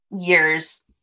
years